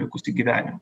likusį gyvenimą